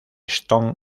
stone